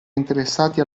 interessati